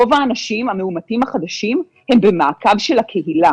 רוב האנשים, המאומתים החדשים, הם במעקב של הקהילה.